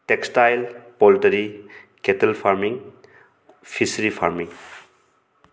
textile poultry cattle farming fishery farming